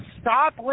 stop